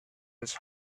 his